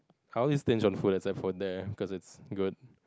I always stinge on food except for there cause it's good